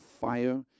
fire